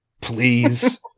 please